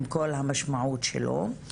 עם כל המשמעות שלו.